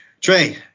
Trey